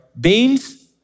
beans